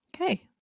Okay